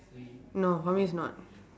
no half is not